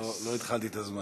לגובה, לא התחלתי את הזמן.